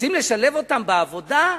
רוצים לשלב אותן בעבודה?